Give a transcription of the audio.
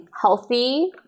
healthy